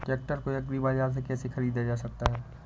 Tractor को agri बाजार से कैसे ख़रीदा जा सकता हैं?